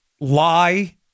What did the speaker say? lie